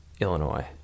Illinois